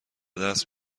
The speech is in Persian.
دست